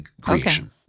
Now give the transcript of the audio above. creation